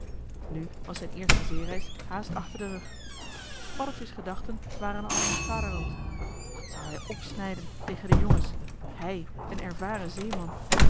nu was zijn eerste zeereis haast achter den rug paddeltje's gedachten waren al in het vaderland wat zou hij opsnijden tegen de jongens hij een ervaren zeeman